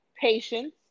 patience